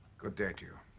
good day to